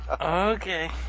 Okay